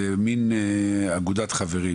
זה מן אגודת חברים,